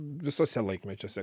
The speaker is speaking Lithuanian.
visuose laikmečiuose